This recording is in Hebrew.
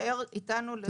שתישאר איתנו.